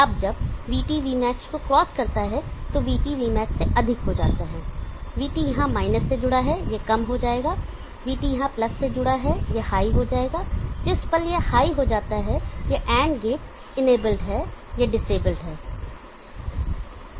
अब जब VT VTmax को क्रॉस करता है तो VT VTmax से अधिक हो जाता है VT यहां माइनस से जुड़ा है यह कम हो जाएगा VT यहां प्लस से जुड़ा है यह हाई हो जाएगा जिस पल यह हाई जाता है यह AND गेट इनेबल है यह डिसएबल है